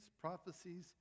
prophecies